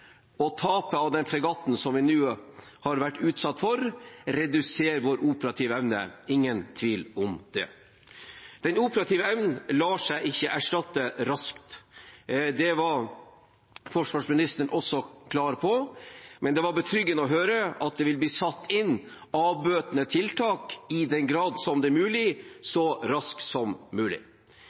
tapet av den fregatten som vi nå har vært utsatt for, reduserer vår operative evne. Det er ingen tvil om det. Den operative evnen lar seg ikke erstatte raskt. Det var forsvarsministeren også klar på. Men det var betryggende å høre at det vil bli satt inn avbøtende tiltak, i den grad det er mulig, så raskt som mulig.